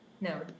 No